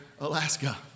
Alaska